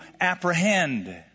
apprehend